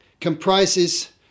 comprises